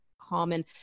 common